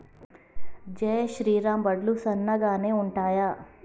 జై శ్రీరామ్ వడ్లు సన్నగనె ఉంటయా?